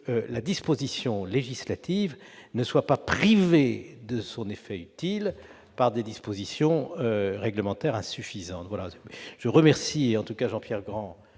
la disposition législative ne soit privée de son effet utile par des dispositions réglementaires insuffisantes. Je remercie notre collègue Jean-Pierre Grand